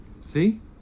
See